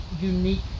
unique